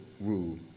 rule